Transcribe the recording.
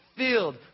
Filled